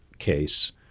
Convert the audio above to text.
case